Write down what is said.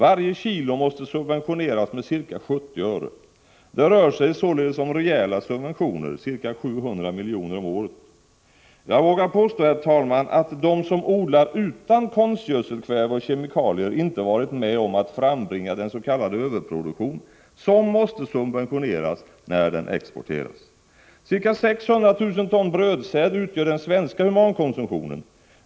Varje kilo måste subventioneras med ca 70 öre. Det rör sig således om rejäla subventioner, ca 700 milj.kr. per år. Jag vågar påstå, herr talman, att de som odlar utan konstgödselkväve och kemikalier inte har varit med om att frambringa den s.k. överproduktionen, som måste subventioneras när den exporteras. Ca 600 000 ton brödsäd utgör den svenska humankonsumtionen.